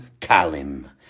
Kalim